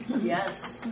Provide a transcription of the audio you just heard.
Yes